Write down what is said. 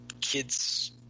kids